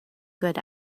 good